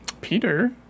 Peter